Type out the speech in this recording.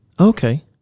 Okay